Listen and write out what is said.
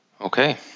Okay